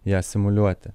ją simuliuoti